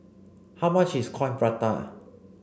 how much is Coin Prata